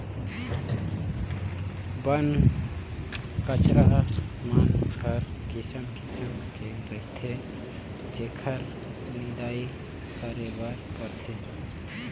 बन कचरा मन हर किसिम किसिम के रहथे जेखर निंदई करे बर परथे